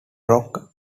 rock